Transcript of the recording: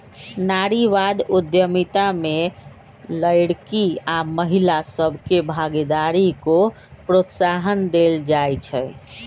नारीवाद उद्यमिता में लइरकि आऽ महिला सभके भागीदारी को प्रोत्साहन देल जाइ छइ